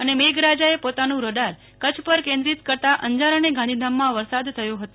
અને મેઘરાજા એ પોતાનું રડાર કચ્છ પર કેન્દ્રિત કરતા અંજાર અને ગાંધીધામમાં વરસાદ થયો હતો